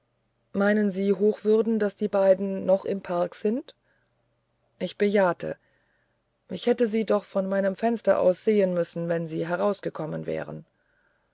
meinen sie hochwürden daß die beiden noch im park sind ich bejahte ich hätte sie doch von meinem fenster aus sehen müssen wenn sie herausgekommen wären